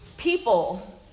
People